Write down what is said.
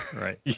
right